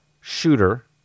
Shooter